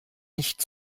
nicht